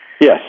Yes